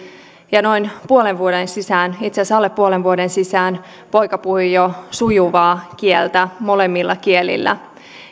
ja noin puolen vuoden sisään itse asiassa alle puolen vuoden sisään poika puhui jo sujuvaa kieltä molemmilla kielillä